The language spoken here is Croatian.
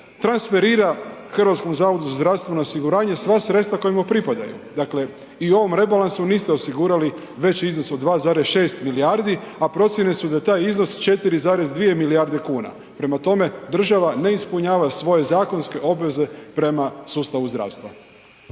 transferira HZZO-u sva sredstva koja mu pripadaju. Dakle, i u ovom rebalansu niste osigurali veći iznos od 1,6 milijardi, a procjene su da je taj iznos 4,2 milijarde kuna. Prema tome, država ne ispunjava svoje zakonske obveze prema sustavu zdravstva.